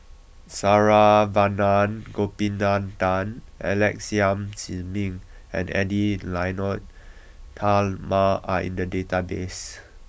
Saravanan Gopinathan Alex Yam Ziming and Edwy Lyonet Talma are in the database